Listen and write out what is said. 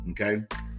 okay